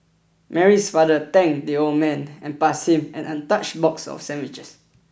Mary's father thanked the old man and passed him an untouched box of sandwiches